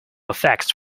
effects